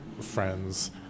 friends